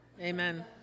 Amen